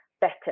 better